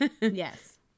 Yes